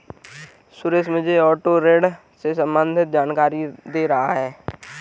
सुरेश मुझे ऑटो ऋण से संबंधित जानकारी दे रहा था